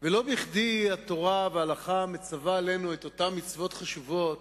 ולא בכדי התורה וההלכה מצווה עלינו את אותן מצוות חשובות,